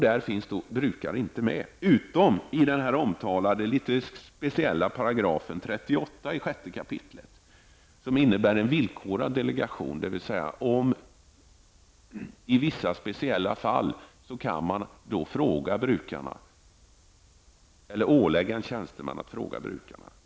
Där finns inte brukare med utom enligt den omtalade litet speciella bestämmelsen i 6 kap. 38 § som innebär en villkorlig delegering, dvs. i vissa speciella fall kan man ålägga en tjänsteman att fråga brukarna.